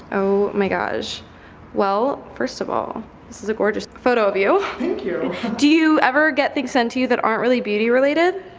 oh my gosh well first of all this is a gorgeous photo of you. thank you do you ever get thing sent to you that aren't really beauty related?